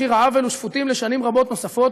מחיר העוול ושפוטים לשנים רבות נוספות,